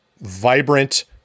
vibrant